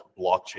blockchain